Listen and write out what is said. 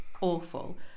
awful